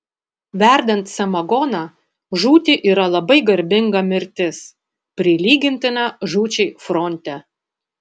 verdant samagoną žūti yra labai garbinga mirtis prilygintina žūčiai fronte